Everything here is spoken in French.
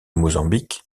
mozambique